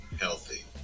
healthy